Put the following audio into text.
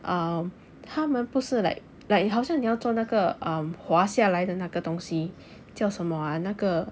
um 他们不是 like like 好像你要做那个 um 滑下来的那个东西叫什么 ah 那个